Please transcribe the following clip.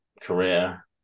career